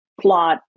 plot